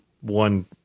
one